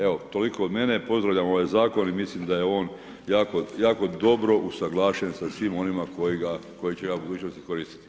Evo, toliko od mene, pozdravljam ovaj zakon i mislim da je on jako dobro usuglašen sa svima onima koji će ga u budućnosti koristiti.